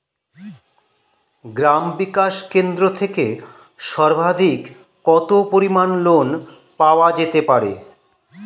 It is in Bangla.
গ্রাম বিকাশ কেন্দ্র থেকে সর্বাধিক কত পরিমান লোন পাওয়া যেতে পারে?